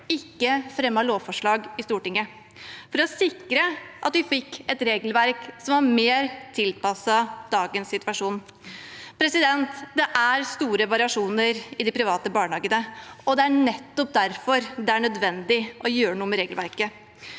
ikke fremmet lovforslag i Stortinget for å sikre at vi fikk et regelverk som er mer tilpasset dagens situasjon. Det er store variasjoner i de private barnehagene, og det er nettopp derfor det er nødvendig å gjøre noe med regelverket.